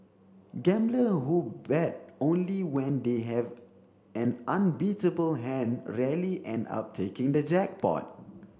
gambler who bet only when they have an unbeatable hand rarely end up taking the jackpot